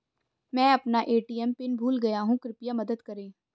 मैं अपना ATM PIN भूल गया हूँ कृपया मदद करें